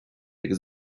agus